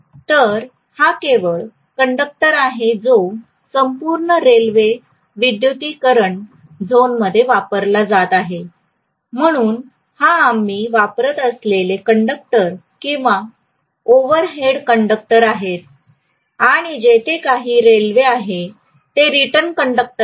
तर हा केवळ कंडक्टर आहे जो संपूर्ण रेल्वे विद्युतीकरण झोनमध्ये वापरला जात आहे म्हणून हा आम्ही वापरत असलेले कंडक्टर किंवा ओव्हरहेड कंडक्टर आहेत आणि जेथे काही रेल्वे आहे ते रिटर्न कंडक्टर आहेत